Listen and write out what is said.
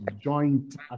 joint